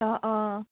অঁ অঁ